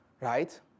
right